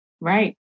Right